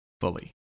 fully